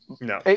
No